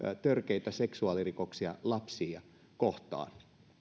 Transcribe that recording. törkeitä seksuaalirikoksia lapsia kohtaan